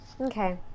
Okay